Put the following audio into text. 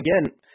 again